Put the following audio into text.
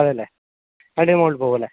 അതെ അല്ലേ അതിൻ്റയും മോളി പോവൂലേ